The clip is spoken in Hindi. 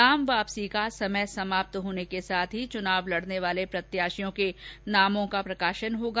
नाम वापसी का समय पूरा होने के साथ ही चुनाव लड़ने वाले प्रत्याशियों का प्रकाशन होगा